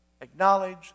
acknowledge